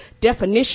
definition